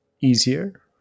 easier